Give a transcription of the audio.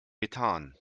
methan